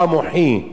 כמו שאומרים,